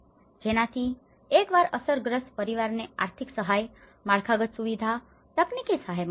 જેનાથી એકવાર અસરગ્રસ્ત પરિવારોને આર્થિક સહાય માળખાગત સુવિધા તકનીકી સહાય મળી શકે